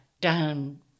down